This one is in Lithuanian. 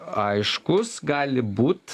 aiškūs gali būt